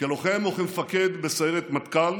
כלוחם וכמפקד בסיירת מטכ"ל